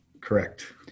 Correct